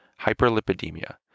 hyperlipidemia